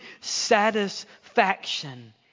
satisfaction